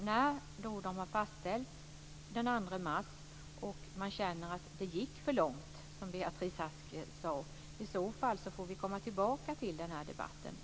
När de har fastställts den 2 mars och man känner att det gick för långt, som Beatrice Ask sade, får vi återkomma till den här debatten.